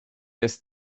this